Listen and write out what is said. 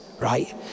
Right